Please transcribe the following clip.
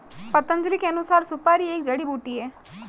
पतंजलि के अनुसार, सुपारी एक जड़ी बूटी है